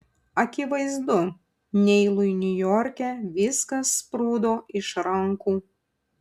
akivaizdu neilui niujorke viskas sprūdo iš rankų